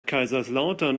kaiserslautern